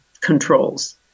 controls